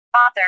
Author